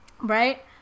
Right